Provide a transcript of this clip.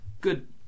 good